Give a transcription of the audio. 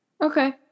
Okay